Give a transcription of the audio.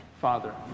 Father